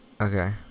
Okay